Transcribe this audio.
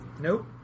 Nope